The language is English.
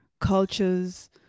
cultures